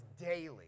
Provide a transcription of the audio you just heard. daily